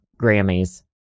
Grammys